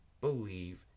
believe